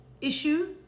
issue